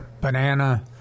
banana